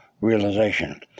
realization